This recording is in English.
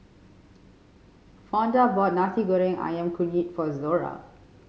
Fonda bought Nasi Goreng Ayam Kunyit for Zora